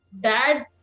dad